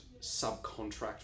subcontract